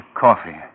Coffee